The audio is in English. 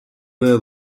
were